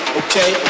okay